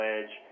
Edge